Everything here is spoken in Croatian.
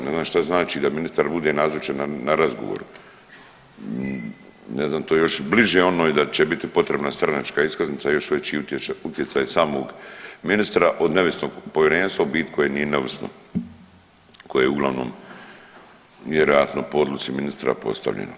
Ne znam šta znači da ministar bude nazočan na razgovoru, ne znam to je još bliže onoj da će biti potrebna stranačka iskaznica i još veći utjecaj samog ministra od neovisnog povjerenstva u biti koje nije neovisno, koje je uglavnom vjerojatno po odluci ministra postavljeno.